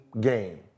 game